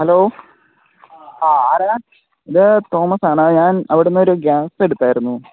hello ഇത് തോമസാണ് ഞാൻ അവിടെ നിന്നൊരു ഗ്യാസ് എടുത്തായിരുന്നു